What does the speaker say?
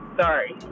sorry